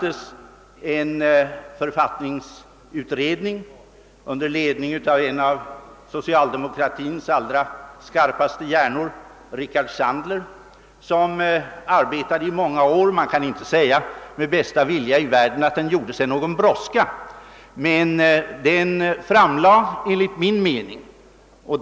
En författningsutredning tillsattes under ledning av en av socialdemokratins allra skarpaste hjärnor, Rickard Sandler. Utredningen arbetade i många år; jag kan inte med bästa vilja i världen påstå att den gjorde sig någon brådska, men den framlade enligt min mening bra förslag.